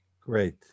Great